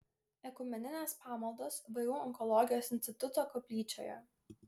ekumeninės pamaldos vu onkologijos instituto koplyčioje